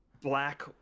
Black